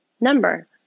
number